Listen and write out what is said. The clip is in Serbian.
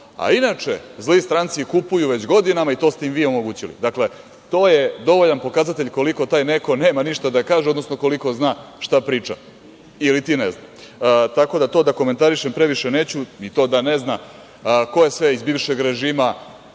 Inače, zli stranci kupuju već godinama i to ste im vi omogućili. Dakle, to je dovoljan pokazatelj koliko taj neko nema ništa da kaže, odnosno kolik zna šta priča, ili ti ne zna. Tako da to da komentarišem previše neću, ni to da ne zna ko je sve iz bivšeg režima